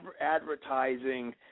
advertising